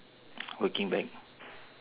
working back